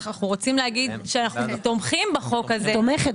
אנו תומכים בחוק הזה.